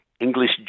English